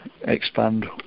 expand